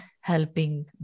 helping